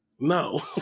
No